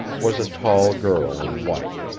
was a tall girl in white.